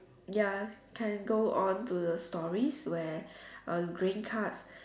ya can go on to the stories where uh green card